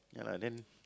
ya lah then